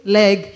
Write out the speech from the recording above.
leg